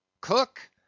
cook